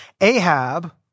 Ahab